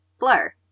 blur